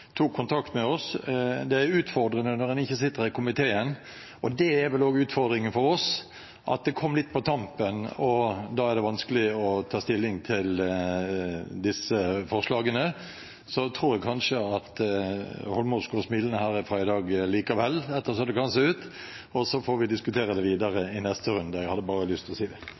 tok kontakt med oss. Det er utfordrende når en ikke sitter i komiteen, og det er vel også utfordringen for oss at det kom litt på tampen, og da er det vanskelig å ta stilling til disse forslagene. Men så tror jeg kanskje representanten Eidsvoll Holmås kan gå smilende herfra i dag likevel, slik det kan se ut, og så får vi diskutere det videre i neste runde. Jeg hadde bare lyst til å si det.